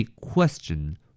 question